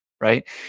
right